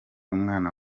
umwana